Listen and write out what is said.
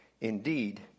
Indeed